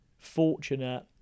fortunate